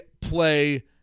play